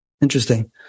Interesting